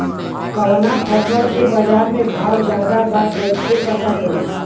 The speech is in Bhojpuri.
कवना फसल के बाजार में भाव ज्यादा बा कैसे पता करि?